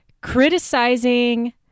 criticizing